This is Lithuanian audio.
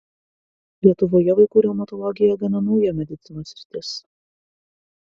lietuvoje vaikų reumatologija gana nauja medicinos sritis